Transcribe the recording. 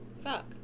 Fuck